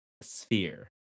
sphere